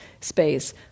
space